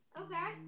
Okay